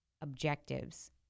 objectives